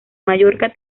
mallorca